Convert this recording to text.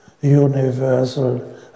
universal